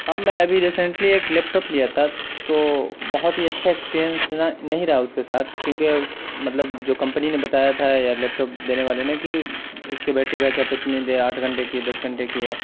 ہاں میں ابھی ریسنٹلی ایک لیپٹاپ لیا تھا تو بہت ہی اچھا ایکسپریئنس نہیں رہا اس کے ساتھ کیونکہ مطلب جو کمپنی نے بتایا تھا یا لیپٹاپ دینے والے نے کہ اس کی بیٹری بیک اپ اتنی دیر آٹھ گھنٹے کی دس گھنٹے کی ہے